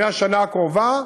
מהשנה הקרובה,